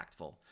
impactful